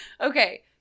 Okay